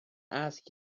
ask